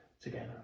together